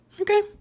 okay